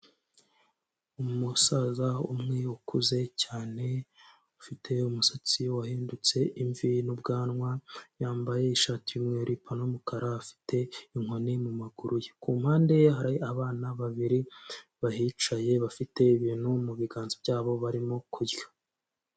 Umusaza umwe ukuze cyane, ufite umusatsi wahindutse imvi n'ubwanwa, yambaye ishati y'umweru, ipantaro y'umukara afite inkoni mu maguru ye, ku mpande ye hari abana babiri bahicaye bafite ibintu mu biganza byabo barimo kurya.